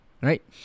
right